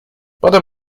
potem